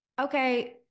okay